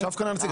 ישב כאן הנציג.